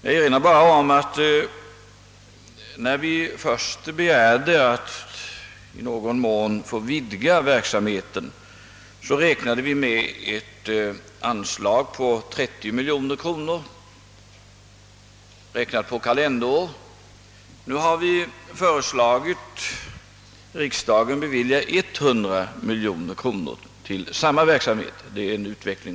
Jag erinrar bara om att när vi först begärde att i någon mån få vidga verksamheten, räknade vi med ett anslag på 30 miljoner kronor per kalenderår. Nu har vi föreslagit riksdagen att bevilja 100 miljoner till samma verksamhet.